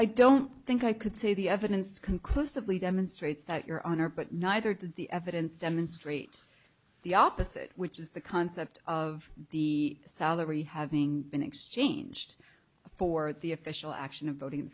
i don't think i could say the evidence conclusively demonstrates that your honor but neither does the evidence demonstrate the opposite which is the concept of the salary having been exchanged for the official action of voting